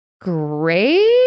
great